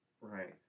Right